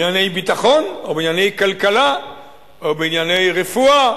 בענייני ביטחון או בענייני כלכלה או בענייני רפואה,